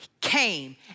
came